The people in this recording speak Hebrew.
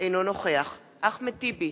אינו נוכח אחמד טיבי,